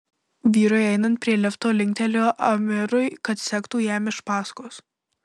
vyrui einant prie lifto linkteliu amirui kad sektų jam iš paskos